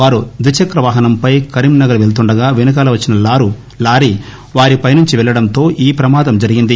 వారు ద్విచక్రవాహనంపై కరీంనగర్ వెలుతుండగా వెనుకాల వచ్చిన లారీ వారి పైనుంచి పెల్లడంతో ఈ ప్రమాదం జరిగింది